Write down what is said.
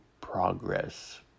progress